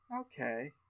Okay